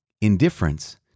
Indifference